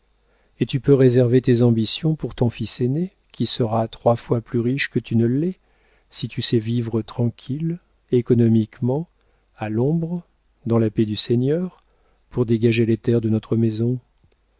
et tu peux réserver tes ambitions pour ton fils aîné qui sera trois fois plus riche que tu ne l'es si tu sais vivre tranquille économiquement à l'ombre dans la paix du seigneur pour dégager les terres de notre maison